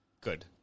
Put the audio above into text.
Good